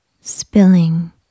spilling